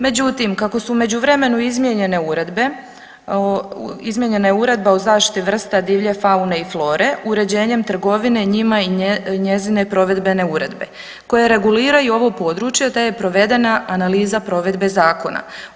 Međutim, kako su u međuvremenu izmijenjene uredbe, izmijenjena je Uredba o zaštiti vrsta divlje faune i flore uređenjem trgovine njima i njezine provedbene uredbe koje reguliraju ovo područje, te je provedena analiza provedbe zakona.